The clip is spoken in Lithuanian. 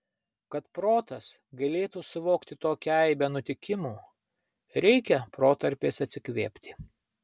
kad protas galėtų suvokti tokią aibę nutikimų reikia protarpiais atsikvėpti